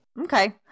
Okay